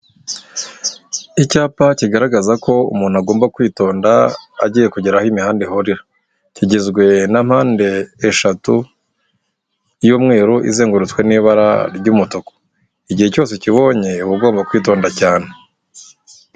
Icyapa kigaragaza ko umuntu agomba kwitonda agiye kugera aho imihanda ihurerira, kigizwe na mpande eshatu y'umweru izengurutswe n'ibara ry'umutuku, igihe cyose kibonye uba ugomba kwitonda cyane.